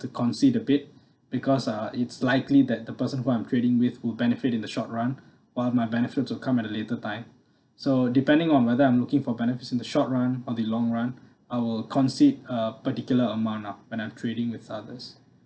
to concede a bit because uh it's likely that the person who I'm trading with will benefit in the short run while my benefits will come at a later time so depending on whether I'm looking for benefits in the short run or the long run I will concede a particular amount lah when I'm trading with others